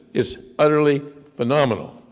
it's utterly phenomenal.